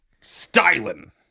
Styling